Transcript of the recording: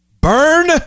Burn